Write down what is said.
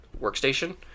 workstation